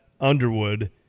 Underwood